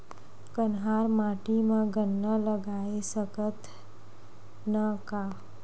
कन्हार माटी म गन्ना लगय सकथ न का?